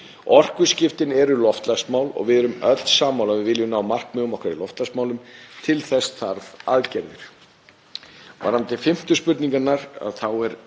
Orkuskiptin eru loftslagsmál og við erum öll sammála um að við viljum ná markmiðum okkar í loftslagsmálum. Til þess þarf aðgerðir.